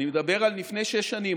ואני מדבר על לפני שש שנים,